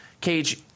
Cage